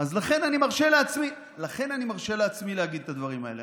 לכן אני מרשה לעצמי להגיד את הדברים האלה.